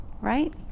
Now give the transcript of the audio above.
right